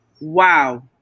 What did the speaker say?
Wow